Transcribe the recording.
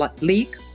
leak